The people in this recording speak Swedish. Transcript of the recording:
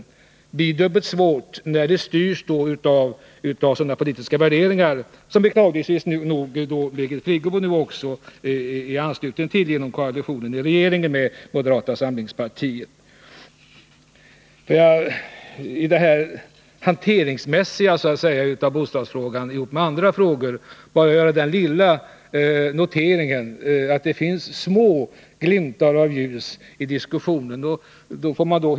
Det blir så mycket svårare när politiken styrs av sådana politiska värderingar som beklagligtvis nu också Birgit Friggebo stöder i och med koalitionen med moderata samlingspartiet i regeringen. Beträffande själva hanteringen av bostadsfrågan med hänsynstagande till andra frågor vill jag göra den lilla anmärkningen att det finns små glimtar av ljus i diskussionen.